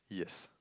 yes